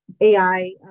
AI